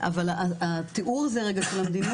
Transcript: אבל התיאור הזה של המדיניות,